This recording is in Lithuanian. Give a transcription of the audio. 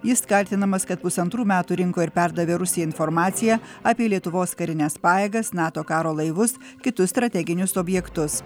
jis kaltinamas kad pusantrų metų rinko ir perdavė rusijai informaciją apie lietuvos karines pajėgas nato karo laivus kitus strateginius objektus